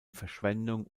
verschwendung